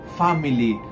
family